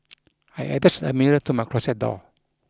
I attached a mirror to my closet door